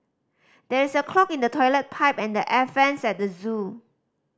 there is a clog in the toilet pipe and the air vents at the zoo